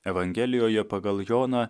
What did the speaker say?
evangelijoje pagal joną